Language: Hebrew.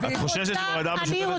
את חוששת שבוועדה המשותפת זה לא יקרה?